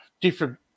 different